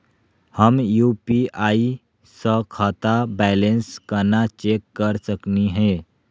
हम यू.पी.आई स खाता बैलेंस कना चेक कर सकनी हे?